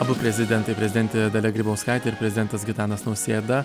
abu prezidentai prezidentė dalia grybauskaitė ir prezidentas gitanas nausėda